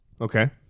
Okay